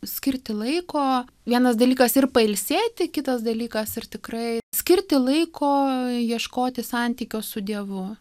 skirti laiko vienas dalykas ir pailsėti kitas dalykas ir tikrai skirti laiko ieškoti santykio su dievu